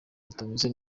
utameze